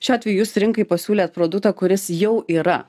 šiuo atveju jūs rinkai pasiūlėt produktą kuris jau yra